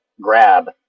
Grab